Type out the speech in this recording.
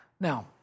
Now